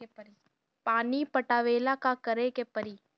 पानी पटावेला का करे के परी?